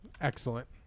excellent